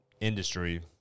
industry